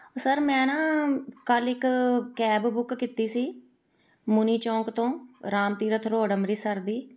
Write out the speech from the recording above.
sir ਮੈਂ ਨਾ ਕੱਲ੍ਹ ਇੱਕ ਕੈਬ ਬੁੱਕ ਕੀਤੀ ਸੀ ਮੁਨੀ ਚੌਂਕ ਤੋਂ ਰਾਮਤੀਰਥ ਰੋਡ ਅੰਮ੍ਰਿਤਸਰ ਦੀ